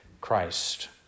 Christ